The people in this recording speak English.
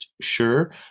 sure